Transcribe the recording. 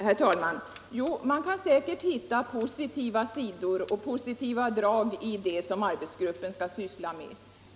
Herr talman! Man kan säkerligen hitta positiva drag i det som arbetsgruppen skall syssla med.